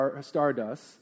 stardust